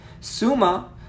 Suma